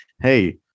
hey